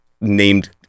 named